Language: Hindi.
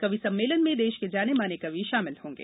कवि सम्मेलन में देश के जाने माने कवि शामिल होंगे